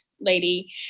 lady